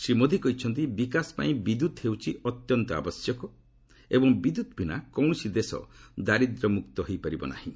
ଶ୍ରୀ ମୋଦି କହିଛନ୍ତି ବିକାଶ ପାଇଁ ବିଦ୍ୟୁତ୍ ହେଉଛି ଅତ୍ୟନ୍ତ ଆବଶ୍ୟକ ଏବଂ ବିଦ୍ୟତ୍ ବିନା କୌଣସି ଦେଶ ଦାରିଦ୍ୟ ମୁକ୍ତ ହୋଇପାରିବ ନାହିଁ